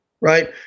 right